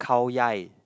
Khao-Yai